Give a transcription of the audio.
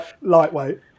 lightweight